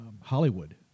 Hollywood